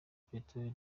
peteroli